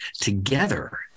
together